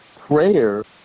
Prayer